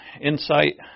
insight